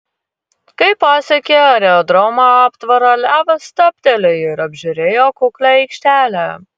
kai pasiekė aerodromo aptvarą levas stabtelėjo ir apžiūrėjo kuklią aikštelę